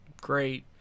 great